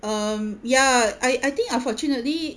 um ya I I think unfortunately